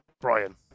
Brian